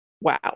wow